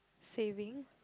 saving